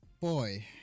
boy